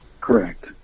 Correct